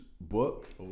book